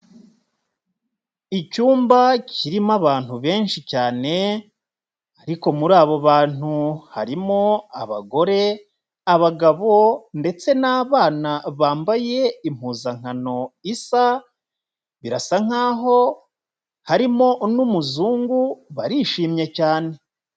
Icyumba kirimo abantu benshi cyane ariko muri abo bantu harimo abagore, abagabo ndetse n'abana bambaye impuzankano isa, birasa nk'aho harimo n'umuzungu, barishimye cyane.